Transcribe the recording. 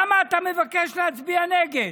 למה אתה מבקש להצביע נגד?